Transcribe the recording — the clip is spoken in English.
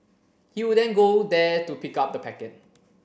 he would then go there to pick up the packet